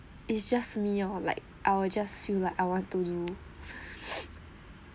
it's just me lor like I will just feel like I want to do